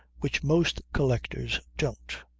which most collectors don't.